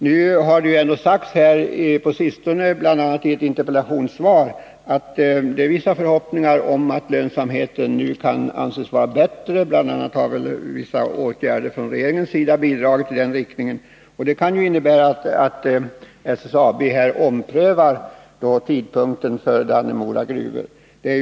Nu har det ändå på sistone sagts, bl.a. i ett interpellationssvar, att det finns vissa förhoppningar i fråga om att lönsamheten nu kunde vara bättre. Bl. a. har vissa åtgärder från regeringens sida bidragit till detta. Det kan leda till att SSAB omprövar tidpunkten beträffande verksamhetens resultat.